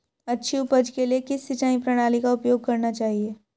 अच्छी उपज के लिए किस सिंचाई प्रणाली का उपयोग करना चाहिए?